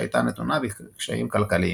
שהייתה נתונה בקשיים כלכליים.